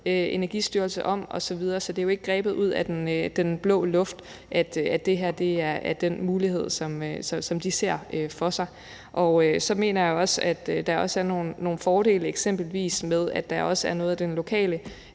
Energistyrelsen om osv. Så det er jo ikke grebet ud af blå luft, at det her er den mulighed, som de ser for sig. Så mener jeg også, at der er nogle fordele ved, at der eksempelvis kommer nogle lokale